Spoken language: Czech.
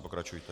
Pokračujte.